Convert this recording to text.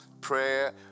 prayer